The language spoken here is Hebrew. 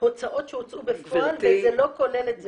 הוצאות שהוצאו בפועל וזה לא כולל את זה.